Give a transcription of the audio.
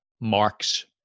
Mark's